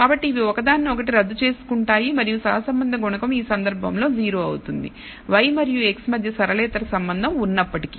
కాబట్టి ఇవి ఒకదాన్నొకటి రద్దు చేసుకుంటాయి మరియు సహసంబంధ గుణకం ఈ సందర్భంలో 0 అవుతుంది y మరియు x మధ్య సరళేతర సంబంధం ఉన్నప్పటికీ